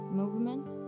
movement